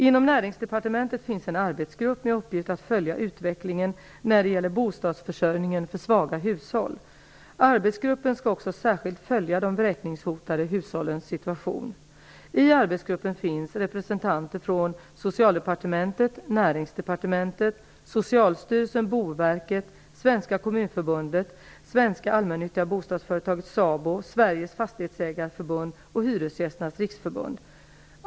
Inom Näringsdepartementet finns en arbetsgrupp med uppgift att följa utvecklingen när det gäller bostadsförsörjningen för svaga hushåll. Arbetsgruppen skall också särskilt följa de vräkningshotade hushållens situation. I arbetsgruppen finns representanter för Svenska Allmännyttiga Bostadsföretag SABO, Sveriges Fastighetsägareförbund och Hyresgästernas Riksförbund.